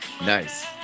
Nice